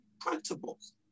principles